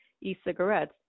e-cigarettes